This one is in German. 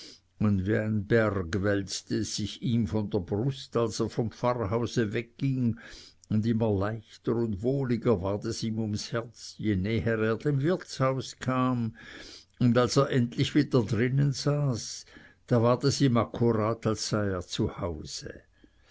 und wie ein berg wälzte es sich ihm von der brust als er vom pfarrhause wegging und immer leichter und wohliger ward es ihm ums herz je näher er dem wirtshaus kam und als er endlich wieder drinnen saß da ward es ihm akkurat als sei er